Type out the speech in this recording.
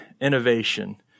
innovation